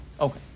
Okay